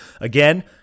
Again